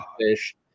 fish